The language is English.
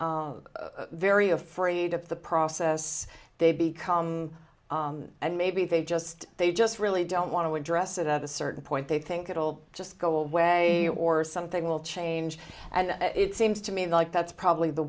get very afraid of the process they become and maybe they just they just really don't want to address it at a certain point they think it'll just go away or something will change and it seems to me like that's probably the